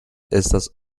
estas